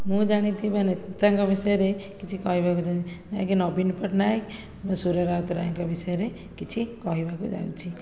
ମୁଁ ଜାଣିଥିବା ନେତାଙ୍କ ବିଷୟରେ କିଛି କହିବାକୁ ଚାହୁଁଛି ଆଜ୍ଞା ନବୀନ ପଟ୍ଟନାୟକ ଓ ସୁର ରାଉତରାୟଙ୍କ ବିଷୟରେ କିଛି କହିବାକୁ ଯାଉଛି